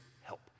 help